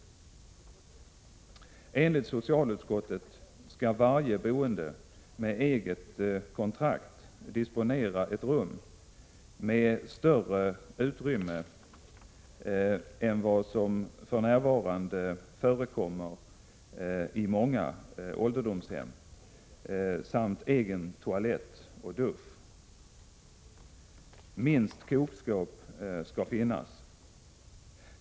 Enligt socialutskottet skall varje boende med eget kontrakt disponera ett rum med större utrymme än vad som för närvarande förekommer i många ålderdomshem samt egen toalett och dusch. Minst kokskåp skall finnas.